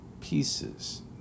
pieces